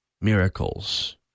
miracles